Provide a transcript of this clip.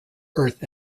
earth